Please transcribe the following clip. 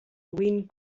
win